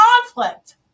conflict